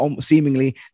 seemingly